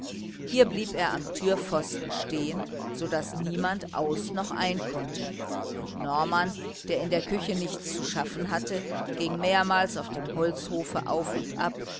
hier blieb er am türpfosten stehen so daß niemand aus noch ein konnte und norman der in der küche nichts zu schaffen hatte ging mehrmals auf dem holzhofe auf und ab